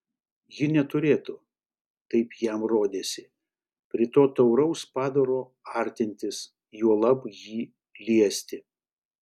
ji neturėtų taip jam rodėsi prie to tauraus padaro artintis juolab jį liesti